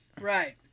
Right